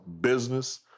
business